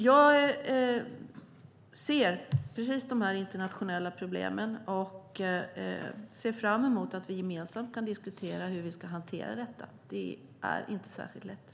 Jag ser precis de här internationella problemen och ser fram emot att vi gemensamt kan diskutera hur vi ska hantera detta. Det är inte särskilt lätt.